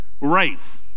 race